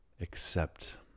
accept